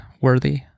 worthy